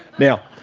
now,